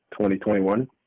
2021